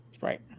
Right